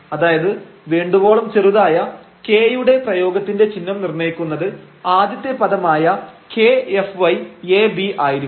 അതായത് വേണ്ടുവോളം ചെറുതായ k യുടെ പ്രയോഗത്തിന്റെ ചിഹ്നം നിർണയിക്കുന്നത് ആദ്യത്തെ പദമായ k fyab ആയിരിക്കും